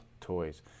toys